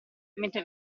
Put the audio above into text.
mentre